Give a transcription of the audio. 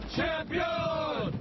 Champion